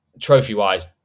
trophy-wise